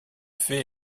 fait